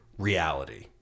Reality